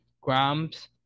grams